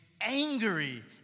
angry